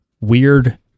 weird